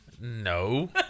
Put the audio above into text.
No